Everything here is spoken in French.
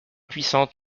puissante